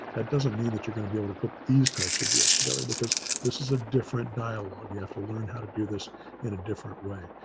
that doesn't mean that you're going to be able to put these types of deal together because this is a different dialog. you have to learn how to do this in a different way.